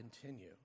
continue